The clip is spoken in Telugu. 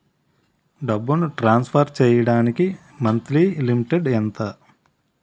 డబ్బును ట్రాన్సఫర్ చేయడానికి మంత్లీ లిమిట్ ఎంత?